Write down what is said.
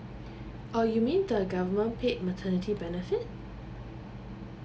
oh you mean the government paid maternity benefit